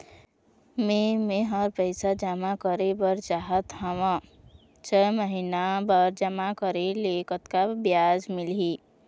मे मेहर पैसा जमा करें बर चाहत हाव, छह महिना बर जमा करे ले कतक ब्याज मिलही?